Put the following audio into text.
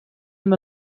amb